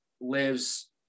lives